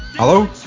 Hello